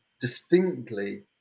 distinctly